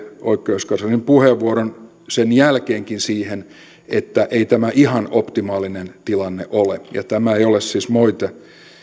oikeuskanslerin puheenvuoron siihen ettei tämä ihan optimaalinen tilanne ole ja tämä ei ole siis moite